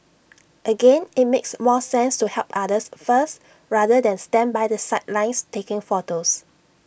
again IT makes more sense to help others first rather than stand by the sidelines taking photos